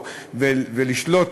ולשלוט